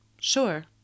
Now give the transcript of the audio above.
Sure